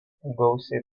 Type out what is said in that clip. gausiai